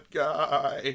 guy